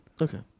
Okay